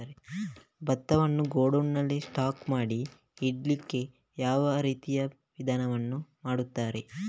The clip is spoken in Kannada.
ಭತ್ತವನ್ನು ಗೋಡೌನ್ ನಲ್ಲಿ ಸ್ಟಾಕ್ ಮಾಡಿ ಇಡ್ಲಿಕ್ಕೆ ಯಾವ ರೀತಿಯ ವಿಧಾನಗಳನ್ನು ಮಾಡ್ತಾರೆ?